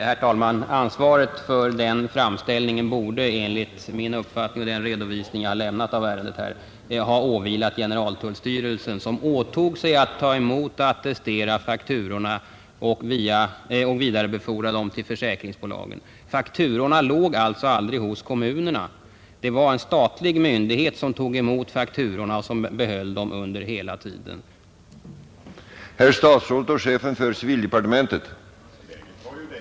Herr talman! Ansvaret för att göra den framställningen borde enligt min uppfattning och den redovisning jag här har lämnat av ärendet ha åvilat generaltullstyrelsen, som åtog sig att ta emot och attestera fakturorna samt vidarebefordra dem till försäkringsbolagen. Fakturorna låg alltså aldrig hos kommunerna. Det var en statlig myndighet som tog emot fakturorna och behöll dem tills de överlämnades till försäkringsgivarna.